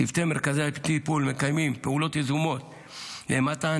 צוותי מרכזי הטיפול מקיימים פעולות יזומות למתן